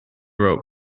rope